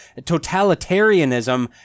totalitarianism